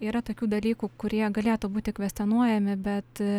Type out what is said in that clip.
yra tokių dalykų kurie galėtų būti kvestionuojami bet